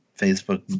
facebook